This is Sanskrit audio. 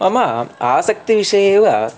मम आसक्तिविषये एव